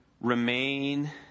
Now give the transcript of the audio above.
remain